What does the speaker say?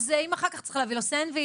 אז אם אחר כך צריך להביא לו סנדוויץ',